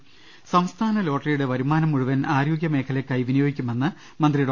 രരാട്ടിര സംസ്ഥാന ലോട്ടറിയുടെ വരുമാനം മുഴുവൻ ആരോഗ്യ മേഖലക്കായി വിനിയോഗിക്കുമെന്ന് മന്ത്രി ഡോ